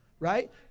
right